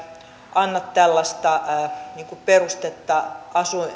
anna perustetta